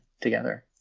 together